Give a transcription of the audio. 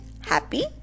happy